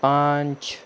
पाँच